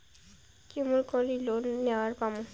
কেমন করি লোন নেওয়ার পামু?